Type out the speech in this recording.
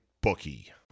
bookie